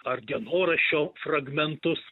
ar dienoraščio fragmentus